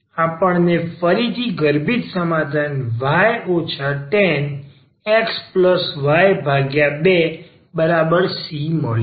આપણ ને ફરીથી ગર્ભિત સમાધાન y tan xy2 c મળ્યું